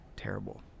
terrible